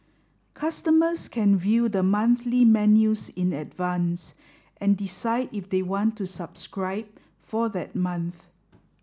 customers can view the monthly menus in advance and decide if they want to subscribe for that month